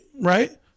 Right